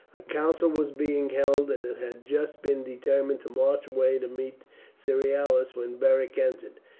a council was being held, and it had just been determined to march away to meet cerealis when beric entered.